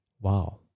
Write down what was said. Wow